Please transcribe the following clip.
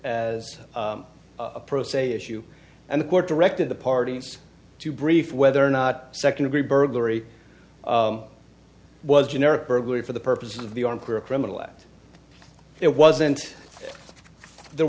as a pro se issue and the court directed the parties to brief whether or not second degree burglary was generic burglary for the purposes of the encore a criminal act it wasn't there